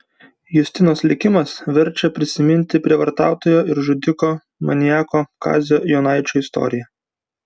justinos likimas verčia prisiminti prievartautojo ir žudiko maniako kazio jonaičio istoriją